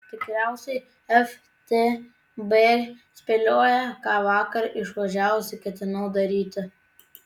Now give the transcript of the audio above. tikriausiai ftb spėlioja ką vakar išvažiavusi ketinau daryti